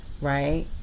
right